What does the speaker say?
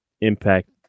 impact